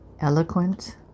eloquent